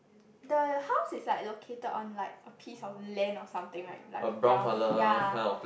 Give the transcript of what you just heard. the house is like located on like a piece of land or something right like brown uh ya